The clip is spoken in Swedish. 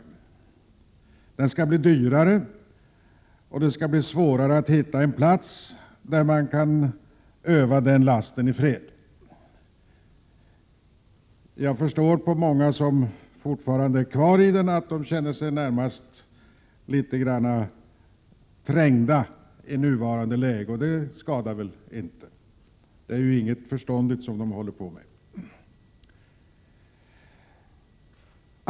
Tobaken skall bli dyrare och det skall bli svårare att hitta en plats där man kan öva den lasten i fred. Jag förstår på många som fortfarande är kvar i den att de känner sig närmast trängda i nuvarande läge. Det skadar inte. Det är ju inget förståndigt de håller på med.